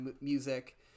music